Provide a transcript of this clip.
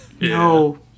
No